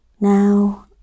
now